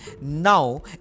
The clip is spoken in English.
Now